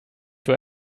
für